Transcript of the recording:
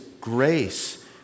grace